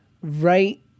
right